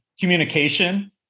communication